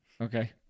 Okay